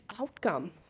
outcome